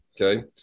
okay